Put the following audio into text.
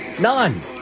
None